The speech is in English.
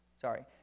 Sorry